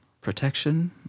protection